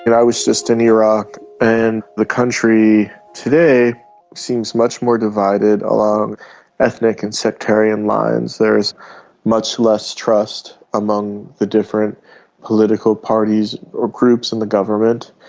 and i was just in iraq and the country today seems much more divided along ethnic and sectarian lines. there much less trust among the different political parties or groups in the government,